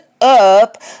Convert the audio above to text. up